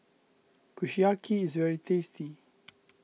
Kushiyaki is very tasty